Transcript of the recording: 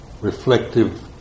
reflective